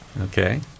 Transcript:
Okay